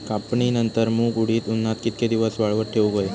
कापणीनंतर मूग व उडीद उन्हात कितके दिवस वाळवत ठेवूक व्हये?